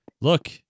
Look